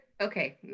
okay